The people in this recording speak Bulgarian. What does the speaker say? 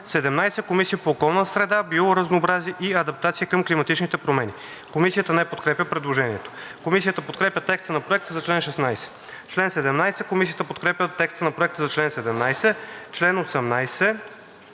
„17. Комисия по околна среда, биоразнообразие и адаптация към климатичните промени“.“ Комисията не подкрепя предложението. Комисията подкрепя текста на Проекта за чл. 16. Комисията подкрепя текста на Проекта за чл. 17. Член 18.